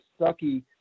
sucky